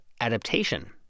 adaptation